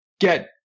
get